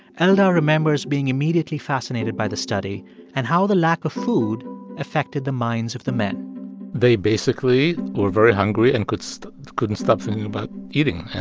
eldar remembers being immediately fascinated by the study and how the lack of food affected the minds of the men they basically were very hungry and could so couldn't stop thinking about eating. and